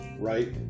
right